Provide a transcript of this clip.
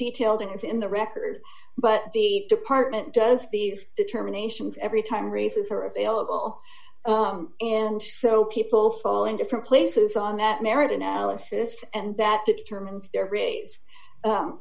detailed and it's in the record but the department does these determinations every time races are available and so people fall in different places on that merit analysis and that determines the